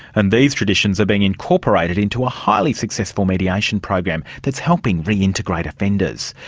and these traditions are being incorporated into a highly successful mediation program that's helping reintegrate offenders.